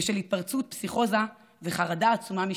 בשל התפרצות פסיכוזה וחרדה עצומה משוטרים.